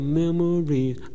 memories